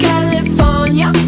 California